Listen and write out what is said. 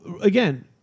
Again